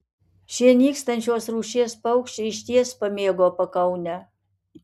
šie nykstančios rūšies paukščiai išties pamėgo pakaunę